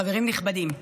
חברים נכבדים,